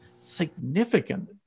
significant